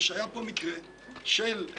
הוא נותן לי סיוע כלכלי מאוד גדול.